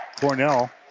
Cornell